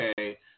okay